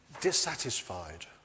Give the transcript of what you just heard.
dissatisfied